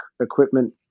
equipment